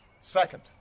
Second